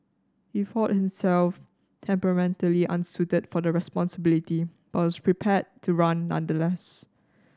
he thought himself temperamentally unsuited for the responsibility but was prepared to run nonetheless